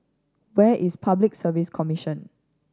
where is Public Service Commission